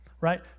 right